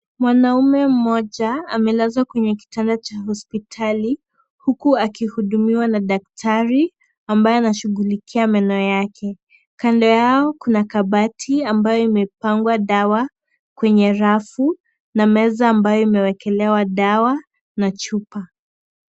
Mwanamume mmoja amelazwa kwenye kitanda cha hospitali, huku akihudumiwa na daktari ambaye anashughulikia meno yake. Kando yao kuna kabati ambayo imepangwa dawa kwenye rafu, na meza ambayo imewekelewa dawa na chupa .